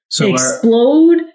Explode